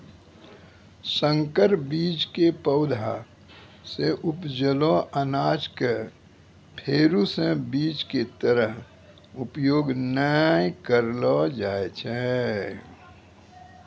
संकर बीज के पौधा सॅ उपजलो अनाज कॅ फेरू स बीज के तरह उपयोग नाय करलो जाय छै